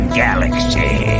galaxy